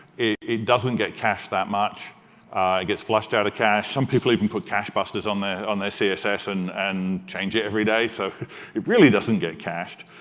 it it doesn't get cached that much. it gets flushed out of cache. some people even put cache-busters on their on their css and and change it every day. so it really doesn't get cached.